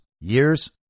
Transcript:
years